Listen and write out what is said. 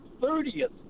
thirtieth